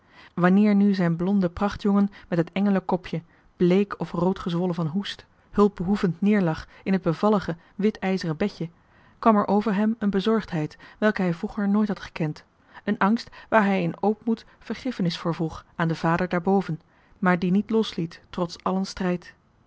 wanneer nu zijn blonde prachtjongen met het engelekopje bleek of roodgezwollen van hoest hulpbehoevend neerlag in het bevallige witijzeren bedje kwam er over hem een bezorgdheid welke hij vroeger nooit had gekend een angst waar hij in ootmoed vergiffenis voor vroeg aan den vader daarboven maar die hem niet losliet trots allen strijd